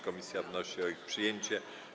Komisja wnosi o ich przyjęcie.